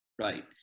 right